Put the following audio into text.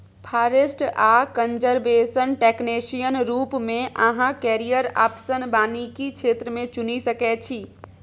forest आ conservation technician रुप मे अहाँ कैरियर आप्शन बानिकी क्षेत्र मे चुनि सकै छी